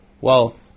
wealth